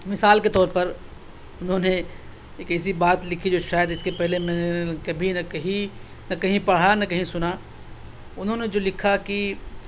مثال کی طور پر انہوں نے ایک ایسی بات لکھی جو شاید اس کے پہلے میں نے کبھی نہ کہیں نہ کہیں پڑھا نہ کہیں سنا انہوں نے جو لکھا کہ